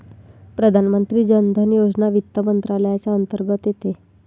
प्रधानमंत्री जन धन योजना वित्त मंत्रालयाच्या अंतर्गत येते